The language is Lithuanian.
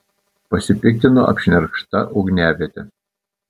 pasipiktino apšnerkšta ugniaviete